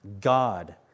God